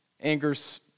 anger's